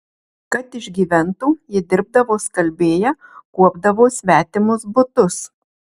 kad išgyventų ji dirbdavo skalbėja kuopdavo svetimus butus